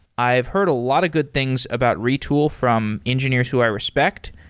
i've heard a lot of good things about retool from engineers who i respect.